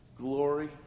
glory